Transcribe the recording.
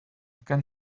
can